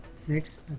Six